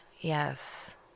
yes